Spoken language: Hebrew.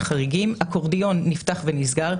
אקורדיון נפתח ונסגר.